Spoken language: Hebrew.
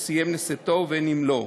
או סיים לשאתו, ובין שלא.